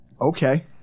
okay